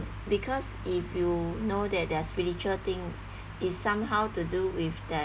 because if you know that there are spiritual thing it's somehow to do with that